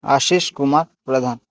Ashish Kumar Pradhan